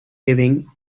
weaving